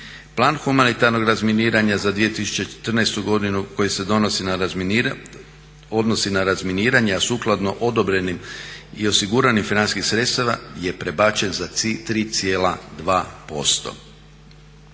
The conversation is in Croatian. Plan humanitarnog razminiranja za 2014.godinu koji se odnosi na razminiranje, a sukladno odobrenim i osiguranim financijskim sredstvima je prebačen za 3,2%.